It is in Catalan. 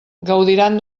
gaudiran